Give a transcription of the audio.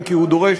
אם כי הוא דורש,